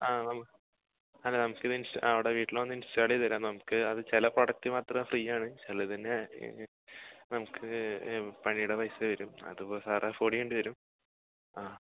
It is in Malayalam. ആ അല്ല നമുക്ക് ഇത് അവിടെ വീട്ടിൽ വന്ന് ഇൻസ്റ്റാൾ ചെയ്തു തരാം നമുക്ക് അതു ചില പ്രൊഡക്ട് മാത്രം ഫ്രീയാണ് ചിലതിന് നമുക്ക് പണിയുടെ പൈസ വരും അതിപ്പോൾ സാറ് അഫോഡ് ചെയ്യേണ്ടി വരും ആ